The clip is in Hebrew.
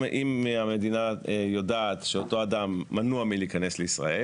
אם המדינה יודעת שאותו אדם מנוע מלהיכנס לישראל,